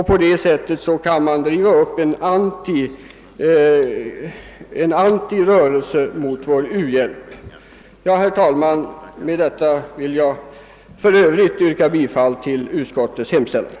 På det sättet kan man driva upp en anti-rörelse mot vår u-hjälp. Herr talman! Med det anförda vill jag i Övrigt yrka bifall till utskottets hemställan.